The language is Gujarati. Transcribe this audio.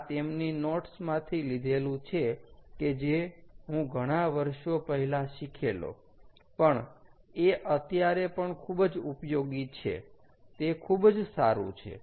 આ તેમની નોટ્સ માંથી લીધેલું છે કે જે હું ઘણા વર્ષો પહેલા શીખેલો પણ એ અત્યારે પણ ખૂબ જ ઉપયોગી છે તે ખૂબ જ સારું છે